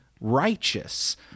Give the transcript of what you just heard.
righteous